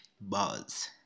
Buzz